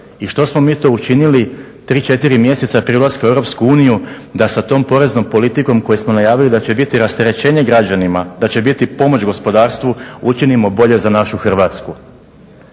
I što smo mi to učinili 3, 4 mjeseca prije ulaska u Europsku uniju da sa tom poreznom politikom koju smo najavili da će biti rasterećenje građanima, da će biti pomoć gospodarstvu učinimo bolje za našu Hrvatsku.